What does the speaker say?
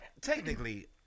technically